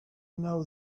know